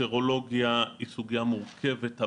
סרולוגיה היא סוגיה מורכבת.